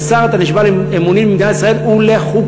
כשר, אתה נשבע אמונים למדינת ישראל ולחוקיה.